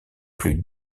plus